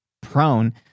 prone